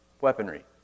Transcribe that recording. weaponry